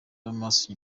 amaso